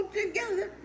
together